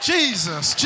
Jesus